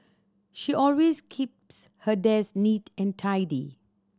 she always keeps her desk neat and tidy